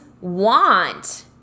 want